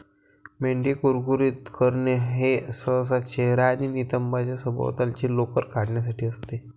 मेंढी कुरकुरीत करणे हे सहसा चेहरा आणि नितंबांच्या सभोवतालची लोकर काढण्यासाठी असते